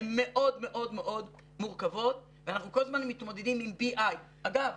הן מאוד מאוד מורכבות ואנחנו כל הזמן מתמודדים עם BI. אגב,